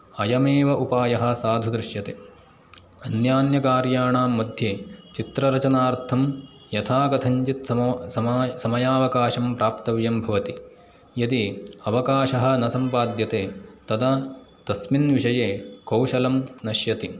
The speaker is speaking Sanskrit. अयमेव उपायः साधु दृश्यते अन्यान्यकार्याणां मध्ये चित्ररचनार्थं यथाकथञ्चित् समव् समय समयावकाशं प्राप्तव्यं भवति यदि अवकाशः न सम्पाद्यते तदा तस्मिन् विषये कौशलं नश्यति